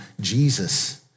Jesus